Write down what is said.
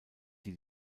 die